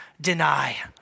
deny